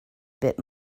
bit